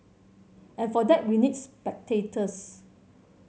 and for that we need spectators